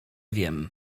wiem